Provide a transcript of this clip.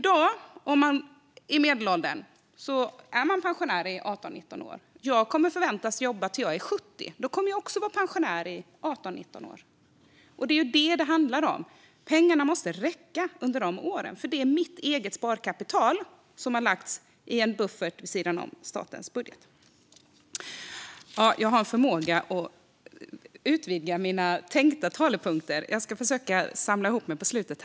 Den som i dag är medelålders kommer att vara pensionär i 18-19 år. Jag förväntas jobba till dess jag är 70. Då kommer jag också att vara pensionär i 18-19 år. Detta är vad det handlar om, det vill säga att pengarna måste räcka under de åren. Det är ju mitt eget sparkapital som har lagts i en buffert vid sidan om statens budget. Jag har en förmåga att utvidga mina tänkta talepunkter, men jag ska försöka samla ihop mig på slutet.